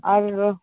আর